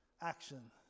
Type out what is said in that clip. action